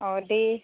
अ' दे